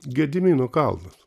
gedimino kalnas